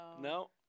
No